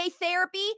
therapy